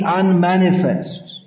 unmanifest